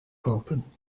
kopen